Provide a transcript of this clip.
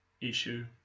issue